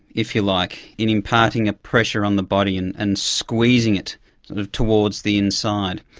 if you like, in imparting a pressure on the body and and squeezing it towards the inside.